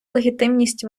легітимність